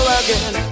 again